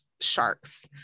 sharks